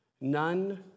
None